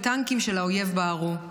וטנקים של האויב בערו.